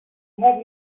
have